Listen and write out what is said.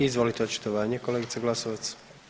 Izvolite očitovanje kolegice Glasovac.